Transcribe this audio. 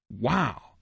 wow